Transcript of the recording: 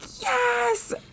yes